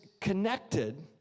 connected